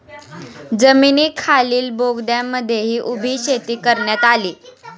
जमिनीखालील बोगद्यांमध्येही उभी शेती करण्यात आली